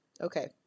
Okay